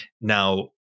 Now